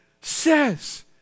says